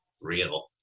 real